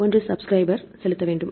ஓன்று சப்க்ரைபர் செலுத்த வேண்டும்